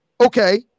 okay